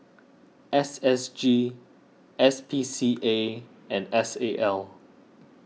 S S G S P C A and S A L